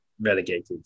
relegated